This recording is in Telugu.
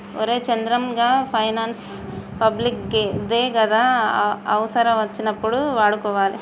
ఒరే చంద్రం, గా పైనాన్సు పబ్లిక్ దే గదా, అవుసరమచ్చినప్పుడు వాడుకోవాలె